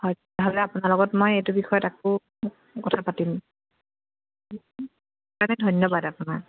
হয় তেনেহ'লে আপোনাৰ লগত মই এইটো বিষয়ে আকৌ কথা পাতিম ধন্যবাদ আপোনাক